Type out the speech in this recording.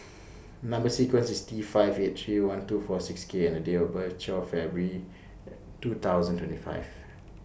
Number sequence IS T five eight three one two four six K and Date of birth IS twelve February two thousand and twenty five